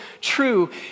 true